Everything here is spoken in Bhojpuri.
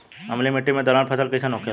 अम्लीय मिट्टी मे दलहन फसल कइसन होखेला?